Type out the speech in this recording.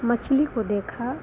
मछली को देखा